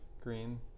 green